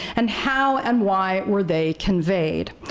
and how and why were they conveyed?